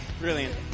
Brilliant